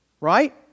Right